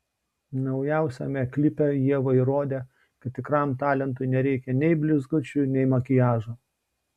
naujausiame klipe ieva įrodė kad tikram talentui nereikia nei blizgučių nei makiažo